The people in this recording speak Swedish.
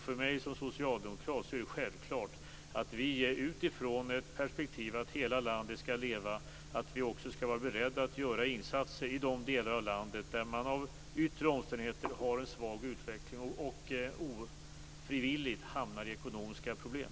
För mig som socialdemokrat är det självklart att vi utifrån perspektivet att hela landet skall leva också är beredda att göra insatser i de delar av landet där man av yttre omständigheter har en svag utveckling och ofrivilligt har hamnat i ekonomiska problem.